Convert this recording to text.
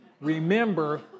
remember